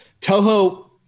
Toho